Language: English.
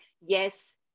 yes